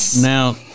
now